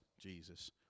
Jesus